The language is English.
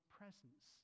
presence